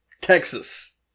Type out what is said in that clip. Texas